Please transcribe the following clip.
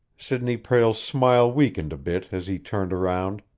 sidney prale's smile weakened a bit as he turned around,